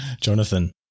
Jonathan